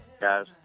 Guys